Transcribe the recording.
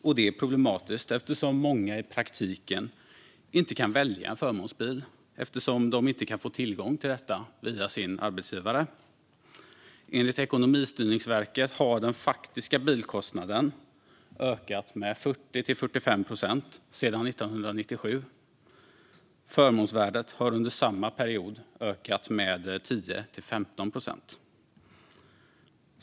Det är problematiskt då många i praktiken inte kan välja en förmånsbil eftersom de inte kan få tillgång till detta via sin arbetsgivare. Enligt Ekonomistyrningsverket har den faktiska bilkostnaden ökat med 40-45 procent sedan 1997. Förmånsvärdet har under samma period ökat med 10-15 procent.